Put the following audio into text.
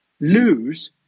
lose